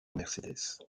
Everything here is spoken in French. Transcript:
mercedes